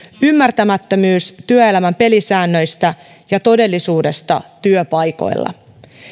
ymmärtämättömyys työelämän pelisäännöistä ja todellisuudesta työpaikoilla